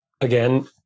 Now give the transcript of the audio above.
Again